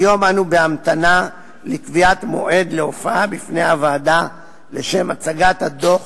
כיום אנו בהמתנה לקביעת מועד להופעה בפני הוועדה לשם הצגת הדוח